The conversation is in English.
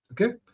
okay